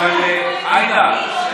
אבל עאידה,